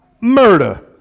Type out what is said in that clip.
murder